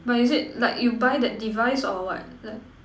but is it like you buy that device or what left